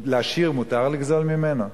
עשיר, מותר לגזול ממנו?